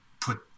put